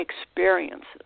experiences